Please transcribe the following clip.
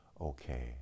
okay